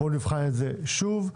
נבחן את זה שוב.